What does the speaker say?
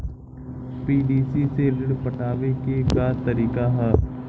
PDC से ऋण पटावे के का तरीका ह?